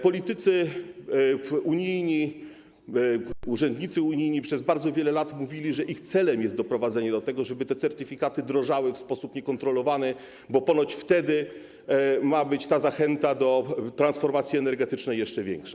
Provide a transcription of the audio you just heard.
Politycy unijni, urzędnicy unijni przez bardzo wiele lat mówili, że ich celem jest doprowadzenie do tego, żeby te certyfikaty drożały w sposób niekontrolowany, bo ponoć wtedy ma być ta zachęta do transformacji energetycznej jeszcze większa.